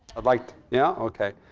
i'd like to yeah. ok.